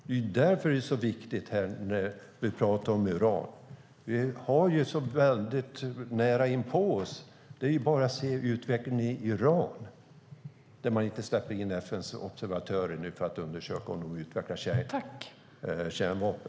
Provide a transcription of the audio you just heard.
Det är därför detta är så viktigt när vi pratar om uran. Vi har det så väldigt nära inpå oss. Det är bara att se utvecklingen i Iran, där man inte släppte in FN:s observatörer för att undersöka om de utvecklar kärnvapen.